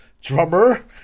drummer